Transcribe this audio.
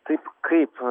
taip kaip